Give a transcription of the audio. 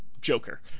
Joker